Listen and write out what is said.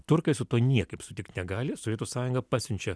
turkai su tuo niekaip sutikt negali sovietų sąjungą pasiunčia